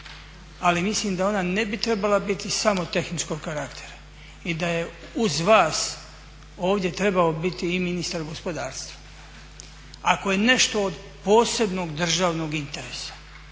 ali mislim da ona ne bi trebala biti samo tehničkog karaktera i da je uz vas ovdje trebao biti i ministar gospodarstva. Ako je nešto od posebnog državnog interesa